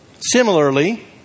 Similarly